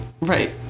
Right